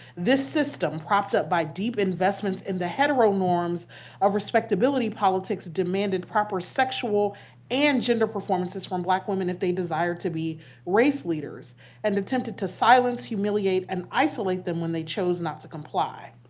this system propped up by deep investments in the hetero norms of respectability politics demanded proper sexual and gender performances from black women if they desired to be race leaders and attempted to silence, humiliate, and isolate them when they chose not to comply.